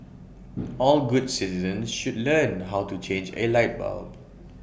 all good citizens should learn how to change A light bulb